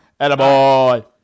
Attaboy